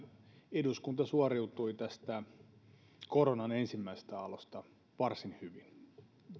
eduskunta suoriutui tästä koronan ensimmäisestä aallosta varsin hyvin ne